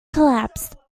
collapsed